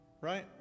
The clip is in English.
Right